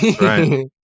Right